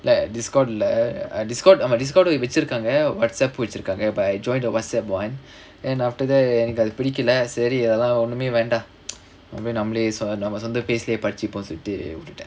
like discord discord discord வெச்சுருக்காங்க:vechurukkaanga WhatsApp um வெச்சுருக்காங்க:vechurukkaanga but I joined the WhatsApp [one] and after that எனக்கது பிடிக்கல சரி அதெல்லா ஒன்னுமே வேண்டா நம்மலே நம்ம சொந்த:enakkathu pidikkala sari athellaa onnumae vaendaa nammalae namma sontha fees lah படிச்சுப்போம் சொல்லிட்டு விட்டுட்டேன்:padichippom sollittu vittutaen